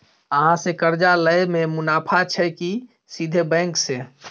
अहाँ से कर्जा लय में मुनाफा छै की सीधे बैंक से?